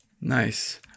Nice